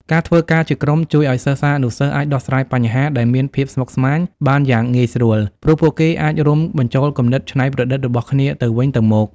ការធ្វើការជាក្រុមជួយឲ្យសិស្សានុសិស្សអាចដោះស្រាយបញ្ហាដែលមានភាពស្មុគស្មាញបានយ៉ាងងាយស្រួល ព្រោះពួកគេអាចរួមបញ្ចូលគំនិតច្នៃប្រឌិតរបស់គ្នាទៅវិញទៅមក។